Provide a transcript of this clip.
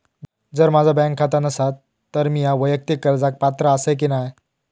जर माझा बँक खाता नसात तर मीया वैयक्तिक कर्जाक पात्र आसय की नाय?